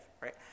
right